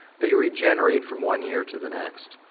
they regenerate from one year to the next.